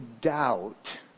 doubt